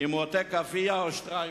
אם הוא עוטה כפייה או שטריימל."